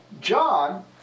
John